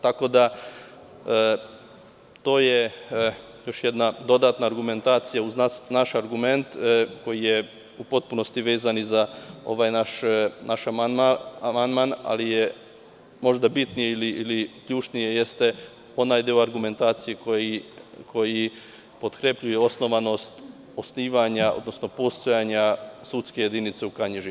To je još jedna dodatna argumentacija, naš argument koji je u potpunosti vezan i za ovaj naš amandman, ali je možda bitniji onaj deo argumentacije koji potkrepljuje osnovanost osnivanja, odnosno postojanja sudske jedinice u Kanjiži.